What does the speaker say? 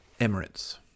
Emirates